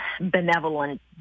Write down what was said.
benevolent